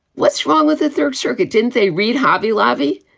what's wrong with the third circuit? didn't they read? hobby lobby.